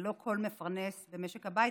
ללא כל מפרנס במשק הבית.